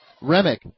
Remick